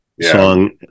song